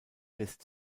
lässt